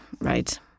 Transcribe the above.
right